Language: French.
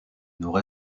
nord